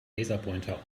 laserpointer